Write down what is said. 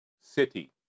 city